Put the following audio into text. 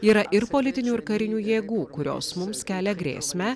yra ir politinių ir karinių jėgų kurios mums kelia grėsmę